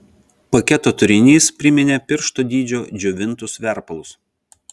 paketo turinys priminė piršto dydžio džiovintus verpalus